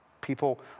People